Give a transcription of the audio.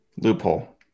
Loophole